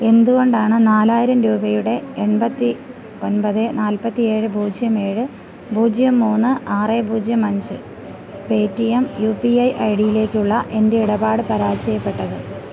എന്തു കൊണ്ടാണ് നാലായിരം രൂപയുടെ എൺപത്തി ഒൻപത് നാൽപ്പത്തി ഏഴ് പൂജ്യം ഏഴ് പൂജ്യം മൂന്ന് ആറ് പൂജ്യം അഞ്ച് Paytm U P I I ഡിയിലേക്കുള്ള എൻ്റെ ഇടപാട് പരാജയപ്പെട്ടത്